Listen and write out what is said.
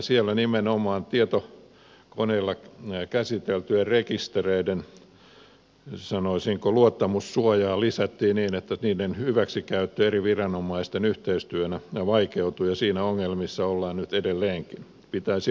siellä nimenomaan tietokoneilla käsiteltyjen rekistereiden sanoisinko luottamussuojaa lisättiin niin että niiden hyväksikäyttö eri viranomaisten yhteistyönä vaikeutui ja niissä ongelmissa ollaan nyt edelleenkin pitäisi muuttaa